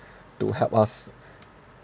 to help us